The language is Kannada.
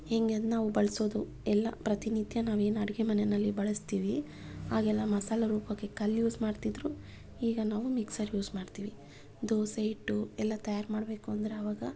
ಹೇಗೆ ನಾವು ಬಳಸೋದು ಎಲ್ಲ ಪ್ರತಿನಿತ್ಯ ನಾವೇನು ಅಡಿಗೆ ಮನೇನಲ್ಲಿ ಬಳಸ್ತೀವಿ ಆಗೆಲ್ಲ ಮಸಾಲೆ ರುಬ್ಬಕ್ಕೆ ಕಲ್ಲು ಯೂಸ್ ಮಾಡ್ತಿದ್ರು ಈಗ ನಾವು ಮಿಕ್ಸರ್ ಯೂಸ್ ಮಾಡ್ತೀವಿ ದೋಸೆ ಹಿಟ್ಟು ಎಲ್ಲ ತಯಾರು ಮಾಡಬೇಕು ಅಂದರೆ ಆವಾಗ